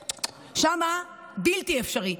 שם, בלתי אפשרי.